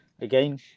again